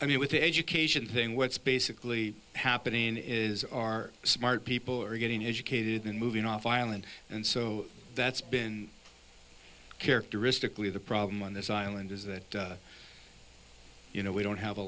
i mean with the education thing what's basically happening is our smart people are getting educated and moving off island and so that's been characteristically the problem on this island is that you know we don't have a